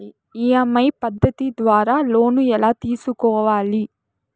EMI పద్ధతి ద్వారా loan ఎలా తీసుకోవాలి